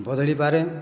ବଦଳି ପାରେ